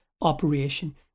operation